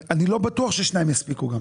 אני לא בטוח ששני דיונים יספיקו.